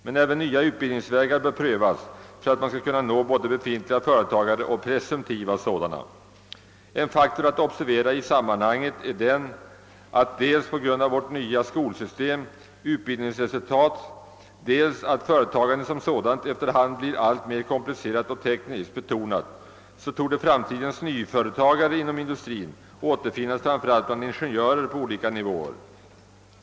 Men även nya utbildningsvägar bör prövas för att man skall kunna nå både befintliga och presumtiva företagare. En faktor att observera i sammanhanget är att dels på grund av vårt nya skolsystems utbildningsresultat, dels på grund av att företagandet som sådant efter hand blir alltmer komplicerat och tekniskt betonat torde framtidens nyföretagare inom industrin återfinnas framför allt bland ingenjörer på olika nivåer.